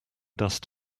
dust